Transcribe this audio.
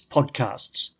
Podcasts